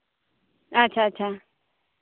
ᱟᱪᱪᱷᱟ ᱟᱪᱪᱷᱟ